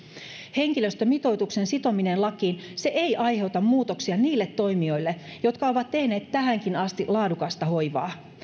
henkilöstömitoituksen sitominen lakiin ei aiheuta muutoksia niille toimijoille jotka ovat tehneet tähänkin asti laadukasta hoivaa